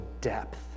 depth